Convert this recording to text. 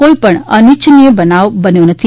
કોઈપણ અનિચ્છનીય બનાવ બનેલ નથી